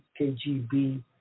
KGB